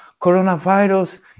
coronavirus